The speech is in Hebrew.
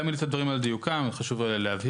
להעמיד את הדברים על דיוקם חשוב להבהיר,